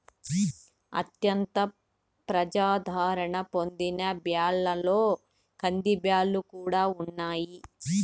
అత్యంత ప్రజాధారణ పొందిన బ్యాళ్ళలో కందిబ్యాల్లు కూడా ఉన్నాయి